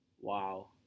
Wow